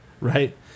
Right